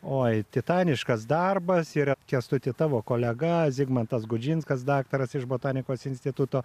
oi titaniškas darbas yra kęstutį tavo kolega zigmantas gudžinskas daktaras iš botanikos instituto